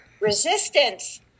resistance